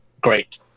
great